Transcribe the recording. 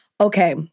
Okay